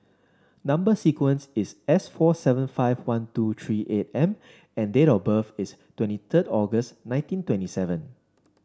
number sequence is S four seven five one two three eight M and date of birth is twenty third August nineteen twenty seven